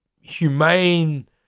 humane